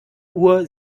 uhr